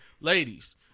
Ladies